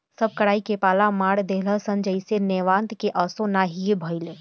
सब कराई के पाला मार देहलस जईसे नेवान त असो ना हीए भईल